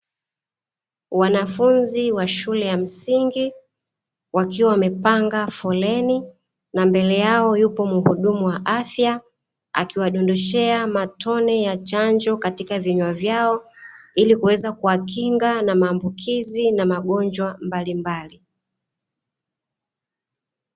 Wanafunzi wa shule ya msingi wakiwa wamepanga foleni, na mbele yao yupo muhudumu wa afya akiwadondoshea matone ya chanjo katika vinywa vyao ilikuweza kuwakinga na maambukizi na magonjwa mbalimbali.